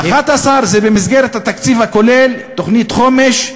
11 זה במסגרת התקציב הכולל, תוכנית חומש.